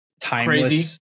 timeless